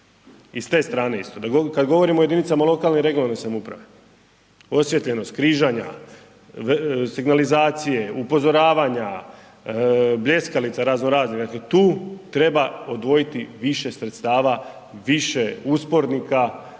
I s te strane isto. Kad govorimo o jedinicama lokalne i regionalne samouprave, osvijetljenost križanja, signalizacije, upozoravanja, bljeskalica razno raznih, dakle tu treba odvojiti više sredstava, više uspornika